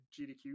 GDQ